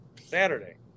saturday